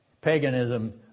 paganism